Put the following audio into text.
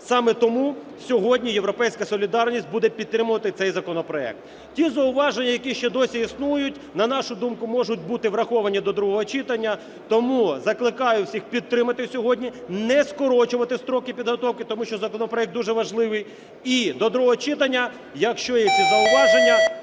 Саме тому сьогодні "Європейська солідарність" буде підтримувати цей законопроект. Ті зауваження, які ще досі існують, на нашу думку, можуть бути враховані до другого читання. Тому закликаю всіх підтримати сьогодні не скорочувати строки підготовки, тому що законопроект дуже важливий. І до другого читання, якщо є якість зауваження,